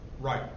right